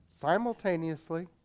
simultaneously